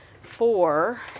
four